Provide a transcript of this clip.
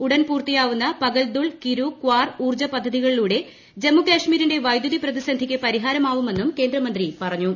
ഉടൻ പൂർത്തിയാവുന്ന പകൽദൂൾ കിരു ക്വാർ ഊർജ്ജപദ്ധതികളിലൂടെ ജമ്മു കശ്മീരിന്റെ വൈദ്യുതി പ്രതിസന്ധിക്ക് പരിഹാരമാവുമെന്നും കേന്ദ്രമന്ത്രി പറഞ്ഞു